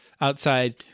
outside